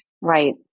Right